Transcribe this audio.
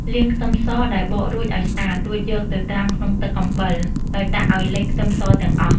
លាងខ្ទឹមសដែលបករួចឱ្យស្អាត រួចយកទៅត្រាំក្នុងទឹកអំបិល ដោយដាក់ឱ្យលិចខ្ទឹមសទាំងអស់។